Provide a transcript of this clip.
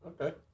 okay